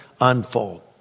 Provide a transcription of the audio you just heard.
unfold